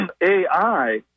AI